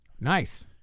nice